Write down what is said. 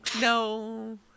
no